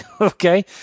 Okay